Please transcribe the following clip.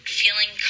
feeling